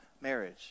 marriage